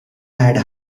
had